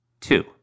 Two